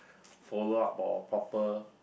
follow up or proper